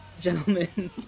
Gentlemen